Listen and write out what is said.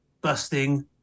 busting